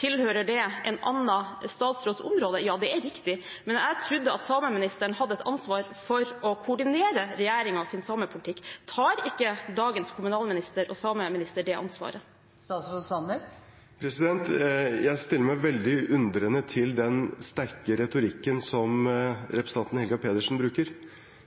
tilhører det en annen statsråds område. Ja, det er riktig, men jeg trodde sameministeren hadde et ansvar for å koordinere regjeringens samepolitikk. Tar ikke dagens kommunalminister og sameminister det ansvaret? Jeg stiller meg veldig undrende til den sterke retorikken som representanten Helga Pedersen bruker.